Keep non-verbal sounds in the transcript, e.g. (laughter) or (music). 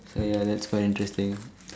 so ya that's quite interesting (noise)